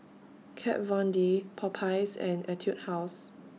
Kat Von D Popeyes and Etude House